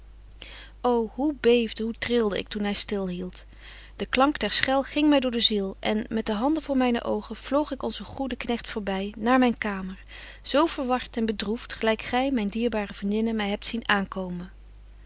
ô hoe beefde hoe trilde ik toen hy stil hieldt de klank der schel ging my door de ziel en met de handen voor myne oogen vloog ik onzen goeden knegt voorby naar myn kamer zo verwart en bedroeft gelyk gy myn dierbare vriendinnen my hebt zien aankomen